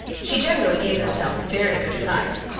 she generally gave herself very good advice,